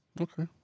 Okay